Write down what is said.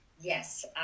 Yes